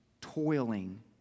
toiling